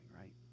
right